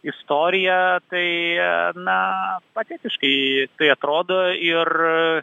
istoriją tai na patetiškai tai atrodo ir